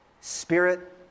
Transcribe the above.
Spirit